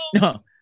No